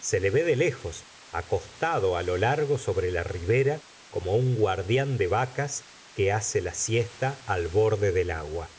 se le ve de lejos acostado lo largo sobre la ribera como un guardián de vacas que hace la siesta al borde del agua